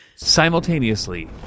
Simultaneously